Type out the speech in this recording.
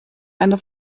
eine